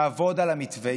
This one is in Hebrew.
נעבוד על המתווה.